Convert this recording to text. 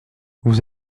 vous